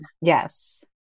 Yes